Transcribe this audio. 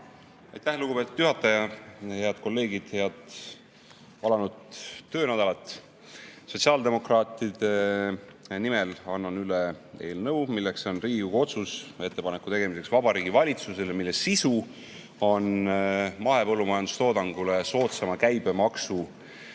Aitäh, lugupeetud juhataja! Head kolleegid, head alanud töönädalat! Sotsiaaldemokraatide nimel annan üle eelnõu, mis on Riigikogu otsus ettepaneku tegemiseks Vabariigi Valitsusele. Selle sisu on mahepõllumajandustoodangule soodsama käibemaksu